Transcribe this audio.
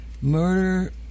Murder